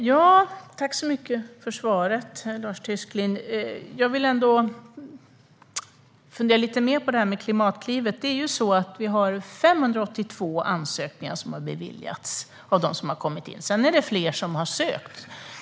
Herr talman! Tack för svaret, Lars Tysklind! Jag funderar lite mer på det här med Klimatklivet. 582 ansökningar av de som har kommit in har beviljats. Det är fler som har sökt.